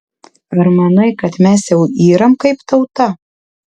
ar manai kad mes jau yram kaip tauta